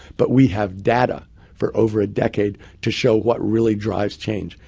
but we have data for over a decade to show what really drives change.